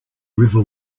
river